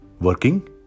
working